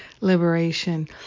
liberation